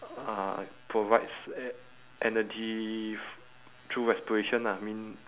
uh provides e~ energy through respiration lah I mean